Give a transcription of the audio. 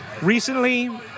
recently